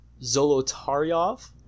Zolotaryov